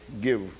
give